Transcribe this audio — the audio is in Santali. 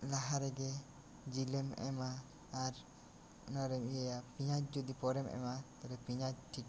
ᱞᱟᱦᱟ ᱨᱮᱜᱮ ᱡᱤᱞ ᱮᱢ ᱮᱢᱟ ᱟᱨ ᱱᱚᱣᱟ ᱨᱮᱢ ᱤᱭᱟᱹᱭᱟ ᱟᱨ ᱡᱩᱫᱤ ᱯᱚᱨᱮᱢ ᱮᱢᱟ ᱛᱚ ᱯᱮᱭᱟᱸᱡᱽ ᱴᱷᱤᱠ ᱴᱷᱟᱠ